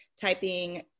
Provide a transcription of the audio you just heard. typing